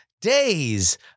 days